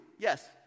Yes